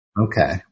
Okay